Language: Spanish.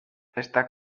está